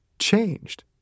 changed